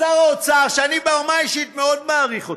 ושר האוצר, שאני ברמה האישית מאוד מעריך אותו,